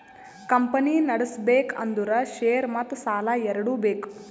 company ನಡುಸ್ಬೆಕ್ ಅಂದುರ್ share ಮತ್ತ ಸಾಲಾ ಎರಡು ಬೇಕ್